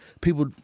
People